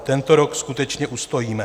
Tento rok skutečně ustojíme.